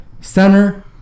Center